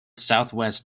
southwest